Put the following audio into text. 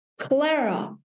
Clara